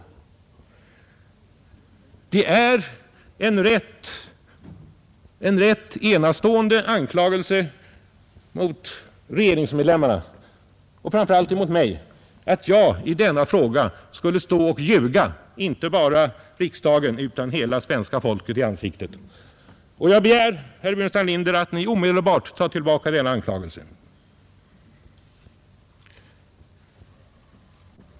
Det är en rätt enastående anklagelse mot regeringsmedlemmarna och framför allt mot mig att jag i denna fråga skulle stå och ljuga inte bara riksdagen utan hela svenska folket i ansiktet. Jag begär, herr Burenstam Linder, att Ni omedelbart tar tillbaka denna anklagelse.